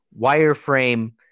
wireframe